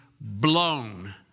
blown